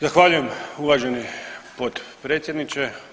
Zahvaljujem uvaženi potpredsjedniče.